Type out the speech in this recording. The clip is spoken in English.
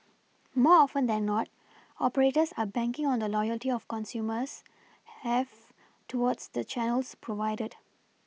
more often than not operators are banking on the loyalty of consumers have towards the Channels provided